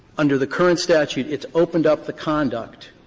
under the current statute it's opened up the conduct,